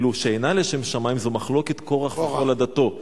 ואילו שאינה לשם שמים זו מחלוקת קורח וכל עדתו.